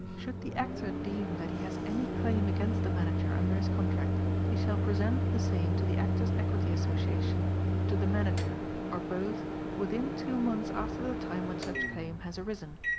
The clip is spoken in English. should the actor deem that he has any claim against the manager under his contract he shall present the same to the actors' equity association or to the manager or both within two months after the time when such claim has arisen,